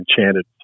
enchanted